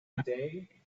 day